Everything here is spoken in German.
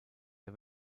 der